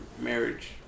marriage